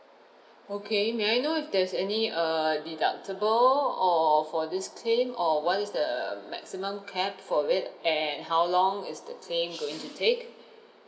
okay may I know if there's any err deductible or for this claim or what is the maximum cap for it and how long is the claim going to take